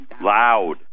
Loud